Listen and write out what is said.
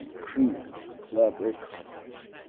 cream, club or cottage.